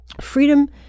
Freedom